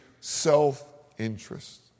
self-interest